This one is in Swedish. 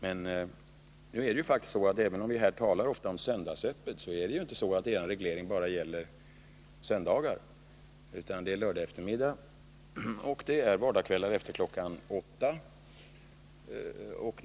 Men även om vi ofta talar om söndagsöppna butiker, så skulle en reglering inte bara gälla söndagar utan också lördagseftermiddagar och vardagskvällar efter kl. 20.00.